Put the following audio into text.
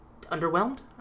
Underwhelmed